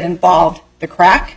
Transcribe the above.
involved the crack